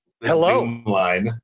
Hello